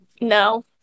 No